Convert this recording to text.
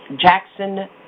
Jackson